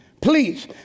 Please